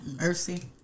Mercy